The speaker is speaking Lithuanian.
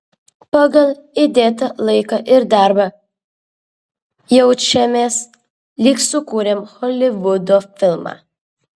pagal įdėtą laiką ir darbą jaučiamės lyg sukūrę holivudo filmą